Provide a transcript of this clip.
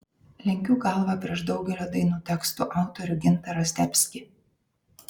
lenkiu galvą prieš daugelio dainų tekstų autorių gintarą zdebskį